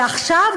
ועכשיו,